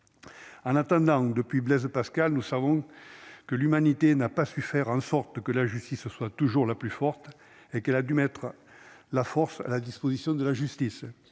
en attendant depuis Blaise Pascal, nous savons que l'humanité n'a pas su faire en sorte que la justice soit toujours la plus forte et qu'elle a dû mettre la force à la disposition de la justice,